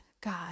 God